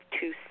two